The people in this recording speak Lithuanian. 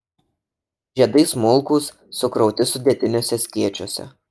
žiedai smulkūs sukrauti sudėtiniuose skėčiuose